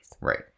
Right